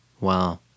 Wow